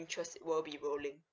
interest will be rolling